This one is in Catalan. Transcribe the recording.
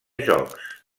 jocs